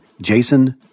Jason